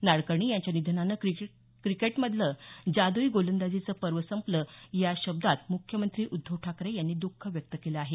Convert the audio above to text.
नाडकर्णी यांच्या निधनानं क्रिकेटमधलं जादुई गोलंदाजीचे पर्व संपलं या शब्दात मुख्यमंत्री उद्धव ठाकरे यांनी दुःख व्यक्त केलं आहे